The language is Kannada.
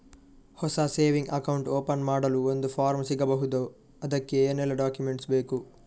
ಹೊಸ ಸೇವಿಂಗ್ ಅಕೌಂಟ್ ಓಪನ್ ಮಾಡಲು ಒಂದು ಫಾರ್ಮ್ ಸಿಗಬಹುದು? ಅದಕ್ಕೆ ಏನೆಲ್ಲಾ ಡಾಕ್ಯುಮೆಂಟ್ಸ್ ಬೇಕು?